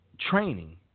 training